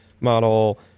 model